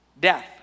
death